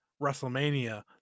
wrestlemania